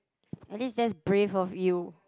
at least that's brave of you